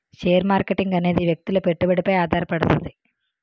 share marketing అనేది వ్యక్తుల పెట్టుబడిపై ఆధారపడుతది